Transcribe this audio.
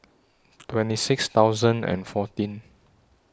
twenty six thousand and fourteen